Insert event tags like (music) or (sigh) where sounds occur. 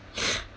(laughs)